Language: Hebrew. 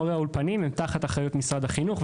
מורי האולפנים הם תחת אחריות משרד החינוך,